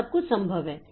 तो सब कुछ संभव है